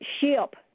ship—